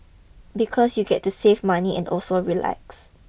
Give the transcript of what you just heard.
because you get to save money and also relax